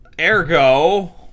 Ergo